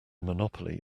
monopoly